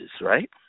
right